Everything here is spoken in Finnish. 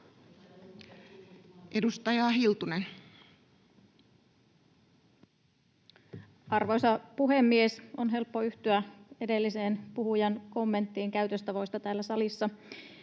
22:17 Content: Arvoisa puhemies! On helppo yhtyä edellisen puhujan kommenttiin käytöstavoista täällä salissa.